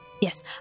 yes